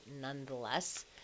nonetheless